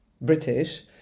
British